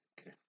Okay